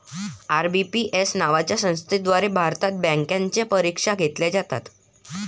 IBPS नावाच्या संस्थेद्वारे भारतात बँकांच्या परीक्षा घेतल्या जातात